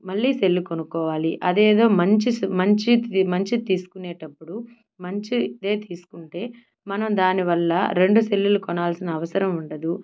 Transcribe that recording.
మళ్ళీ సెల్లు కొనుక్కోవాలి అదేదో మంచి మంచిది తీసుకునేటప్పుడు మంచి దే తీసుకుంటే మనం దానివల్ల రెండు సెల్లులు కొనాల్సిన అవసరం ఉండదు